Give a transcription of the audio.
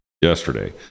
yesterday